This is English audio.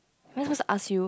am i supposed to ask you